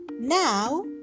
Now